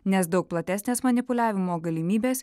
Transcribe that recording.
nes daug platesnės manipuliavimo galimybės